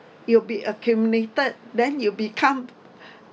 it will be accumulated then it will become